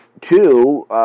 two